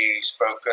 spoken